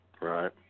Right